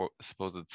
supposed